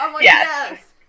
Yes